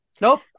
Nope